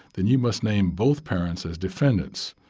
then you must name both parents as defendants.